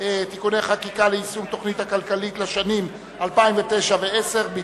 (תיקוני חקיקה ליישום התוכנית הכלכלית לשנים 2009 ו-2010) (תיקון,